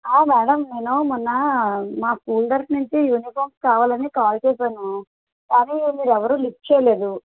madam నేను మొన్న మా స్కూల్ తరపు నుంచి యూనిఫామ్స్ కావాలని కాల్ చేసాను కానీ మీరు ఎవరు లిఫ్ట్ చేయలేదు